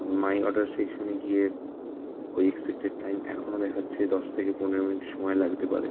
মাই order সেকশানে গিয়ে ওই টাইম এখনও দেখাচ্ছে দশ থেকে পনেরো মিনিট সময় লাগতে পারে